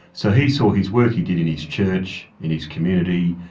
so he saw his work he did in his church, in his community,